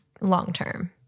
long-term